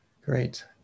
Great